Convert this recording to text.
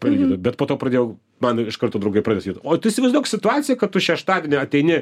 prailginta bet po to pradėjau man iš karto draugai pradėjo sakyt o tu įsivaizduok situaciją kad tu šeštadienį ateini